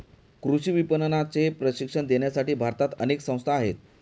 कृषी विपणनाचे प्रशिक्षण देण्यासाठी भारतात अनेक संस्था आहेत